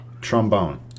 Trombone